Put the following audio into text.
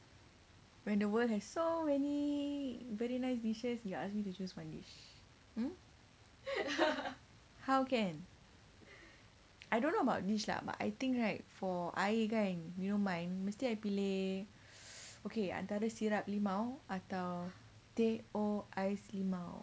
when the world has so many very nice dishes you ask me to choose one dish mm how can I don't know about dish lah but I think right for I kan you know my mesti I pilih okay antara syrup limau atau teh O ais limau